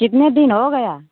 कितने दिन हो गया